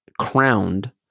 crowned